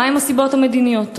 מה הן הסיבות המדיניות?